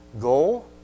goal